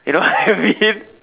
you know what I mean